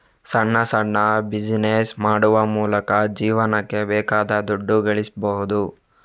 ಸಣ್ಣ ಸಣ್ಣ ಬಿಸಿನೆಸ್ ಮಾಡುವ ಮೂಲಕ ಜೀವನಕ್ಕೆ ಬೇಕಾದ ದುಡ್ಡು ಗಳಿಸ್ಬಹುದು